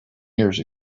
years